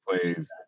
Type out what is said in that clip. plays